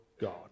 God